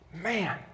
Man